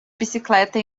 bicicleta